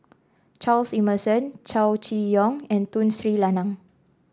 Charles Emmerson Chow Chee Yong and Tun Sri Lanang